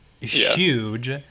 huge